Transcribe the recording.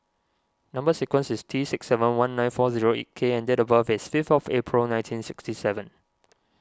Number Sequence is T six seven one nine four zero eight K and date of birth is fifth April nineteen sixty seven